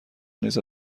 نیز